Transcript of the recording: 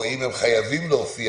או אם הם חייבים להופיע,